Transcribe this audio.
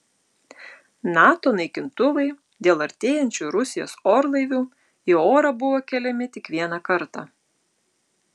nato naikintuvai dėl artėjančių rusijos orlaivių į orą buvo keliami tik vieną kartą